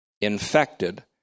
Infected